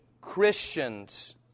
Christians